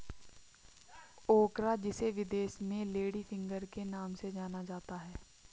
ओकरा जिसे विदेश में लेडी फिंगर के नाम से जाना जाता है